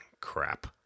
crap